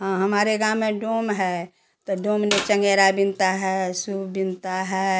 हाँ हमारे गाँव में डोम है तो डोम न चंगेड़ा बिनता है सूप बिनता है